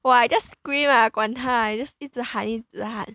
!wah! I just scream ah 管他 just 一直喊一直喊